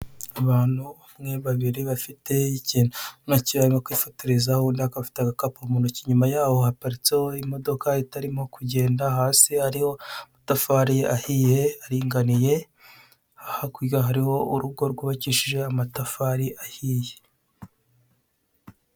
Abantu; umwe, babiri, bafite ikintu ubona cyo barimo kwifotorezaho, undi akaba afite agakapu mu ntoki, inyuma yaho haparitseho imodoka itarimo kugenda, hasi hariho amatafari ahiye, aringaniye, hakurya hariho urugo rwibakishije amatafari ahiye.